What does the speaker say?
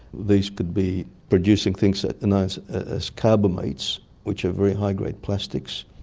these could be producing things known as as carbamates which are very high grade plastics.